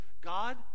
God